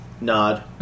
nod